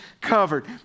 covered